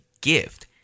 gift